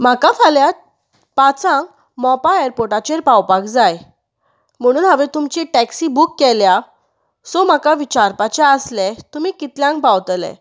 म्हाका फाल्यां पांचांक मोपा ऐरपोर्टाचेर पावपाक जाय म्हणून हांवें तुमची टॅक्सी बूक केल्या सो म्हाका विचारपाचे आसले तुमी कितल्यांक पावतले